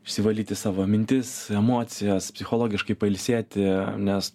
išsivalyti savo mintis emocijas psichologiškai pailsėti nes